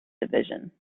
division